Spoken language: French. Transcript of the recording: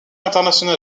internationale